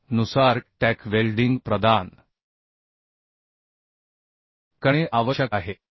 1 नुसार tack welding प्रदान करणे आवश्यक आहे